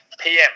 PM